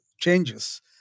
changes